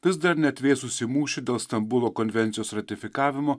vis dar neatvėsusį mūšį dėl stambulo konvencijos ratifikavimo